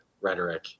rhetoric